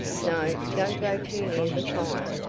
no, don't go too near the fire.